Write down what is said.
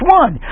one